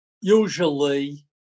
usually